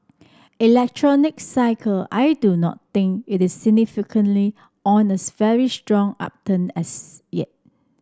electronics cycle I do not think it is significantly on this very strong upturn as yet